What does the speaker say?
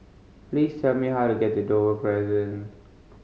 please tell me how to get to Dover Crescent